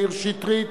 מאיר שטרית,